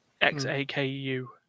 X-A-K-U